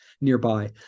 nearby